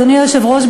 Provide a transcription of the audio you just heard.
אדוני היושב-ראש,